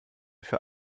für